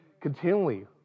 continually